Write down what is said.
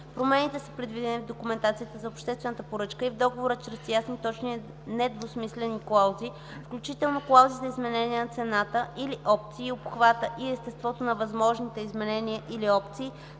промените са предвидени в документацията за обществената поръчка и в договора чрез ясни, точни и недвусмислени клаузи, включително клаузи за изменение на цената или опции; обхватът и естеството на възможните изменения или опции,